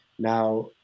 now